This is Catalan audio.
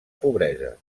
pobresa